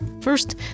First